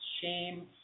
shame